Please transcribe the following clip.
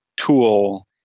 tool